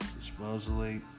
supposedly